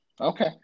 Okay